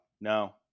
No